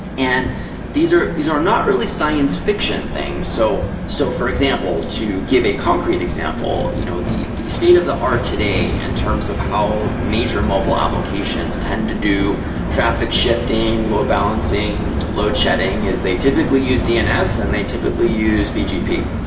and these are not really science-fiction things. so, so for example, to give a concrete example, you know the the state of the art today in terms of how major mobile applications tend to do traffic shifting, load-balancing, load shedding, is they typically use dns and they typically use bgp.